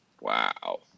Wow